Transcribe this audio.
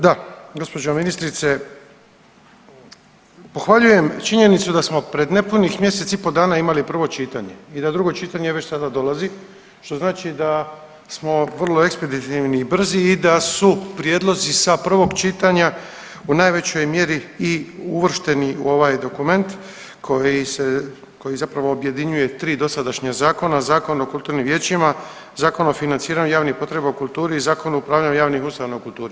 Da, gđo. ministrice pohvaljujem činjenicu da smo pred nepunih mjesec i po dana imali prvo čitanje i da da drugo čitanje već sada dolazi što znači da smo vrlo ekspeditivni i brzi i da su prijedlozi sa prvog čitanja u najvećoj mjeri i uvršteni u ovaj dokument koji se, koji zapravo objedinjuje tri dosadašnja zakona, Zakon o kulturnim vijećima, Zakon o financiranju javnih potreba u kulturi i Zakon o upravljanju javnih ustanova u kulturi.